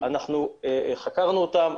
חקרנו אותם,